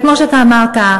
כמו שאתה אמרת,